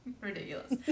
ridiculous